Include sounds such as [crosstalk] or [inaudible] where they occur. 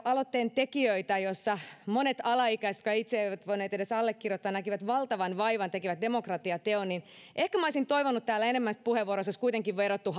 aloitteen tekijöitä joista monet alaikäiset jotka itse eivät voineet edes allekirjoittaa näkivät valtavan vaivan ja tekivät demokratiateon niin ehkä olisin toivonut keskustalta täällä että enemmän puheenvuoroissa olisi vedottu [unintelligible]